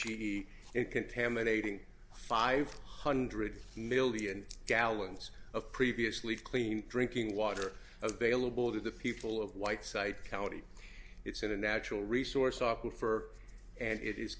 ciii and contaminating five hundred million gallons of previously clean drinking water available to the people of whiteside county it's a natural resource often for and it is